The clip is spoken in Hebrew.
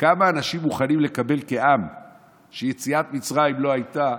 כמה אנשים מוכנים לקבל כעם שיציאת מצרים לא הייתה,